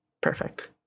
Perfect